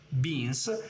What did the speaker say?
beans